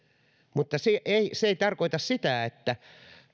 mutta se ei se ei tarkoita sitä että